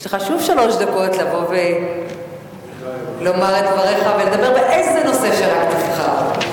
יש לך שוב שלוש דקות לבוא ולומר את דבריך ולדבר באיזה נושא שרק תבחר.